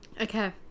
Okay